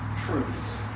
truths